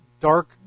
dark